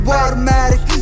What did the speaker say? automatic